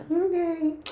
Okay